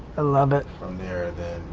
ah love it. from there